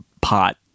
pot